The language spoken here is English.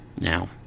Now